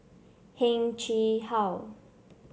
Heng Chee How